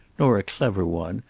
nor a clever one,